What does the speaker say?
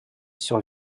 sur